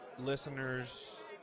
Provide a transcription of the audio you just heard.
Listeners